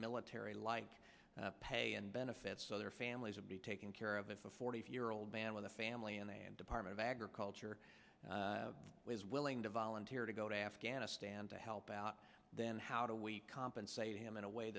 military like pay and benefits so their families would be taken care of if a forty year old man with a family and the department of agriculture was willing to volunteer to go to afghanistan to help out then how do we compensate him in a way